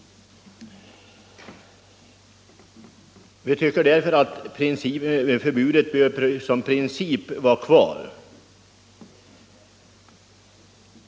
Vi tycker därför att förbudet mot flygbesprutning i princip bör vara kvar.